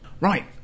Right